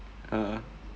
(uh huh)